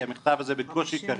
כי המכתב הזה בקושי קריא.